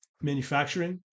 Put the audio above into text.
manufacturing